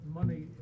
money